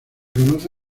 conoce